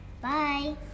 bye